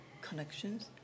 connections